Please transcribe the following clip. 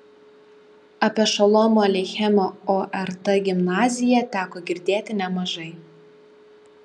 apie šolomo aleichemo ort gimnaziją teko girdėti nemažai